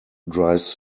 dries